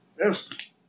yes